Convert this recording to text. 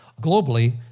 globally